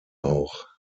auch